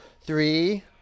Three